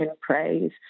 praise